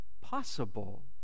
possible